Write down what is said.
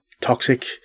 toxic